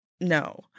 no